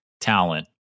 talent